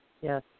Yes